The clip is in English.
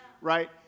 right